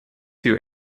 two